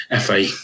FA